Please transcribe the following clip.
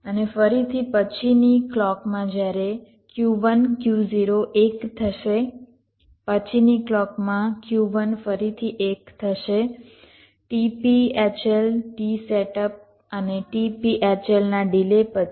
અને ફરીથી પછીની ક્લૉકમાં જ્યારે Q1 Q0 1 થશે પછીની ક્લૉકમાં Q1 ફરીથી 1 થશે tp hl t સેટઅપ અને tp hl ના ડિલે પછી